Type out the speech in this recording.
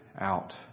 out